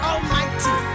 Almighty